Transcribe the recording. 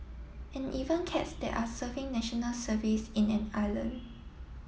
and even cats that are serving National Service in an island